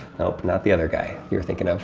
nope, not the other guy you're thinking of.